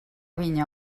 vinya